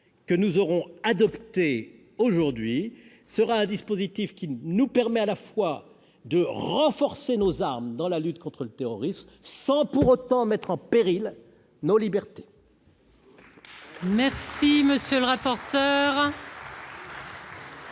que nous aurons adopté aujourd'hui nous permettra à la fois de renforcer nos armes dans la lutte contre le terrorisme, sans pour autant mettre en péril nos libertés.